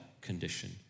condition